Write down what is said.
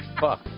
fuck